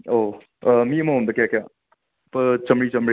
ꯑꯧ ꯃꯤ ꯑꯃꯃꯝꯗ ꯀꯌꯥ ꯀꯌꯥ ꯆꯥꯝꯃꯔꯤ ꯆꯥꯝꯃꯔꯤ